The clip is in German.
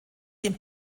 dem